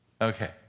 Okay